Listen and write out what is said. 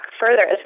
further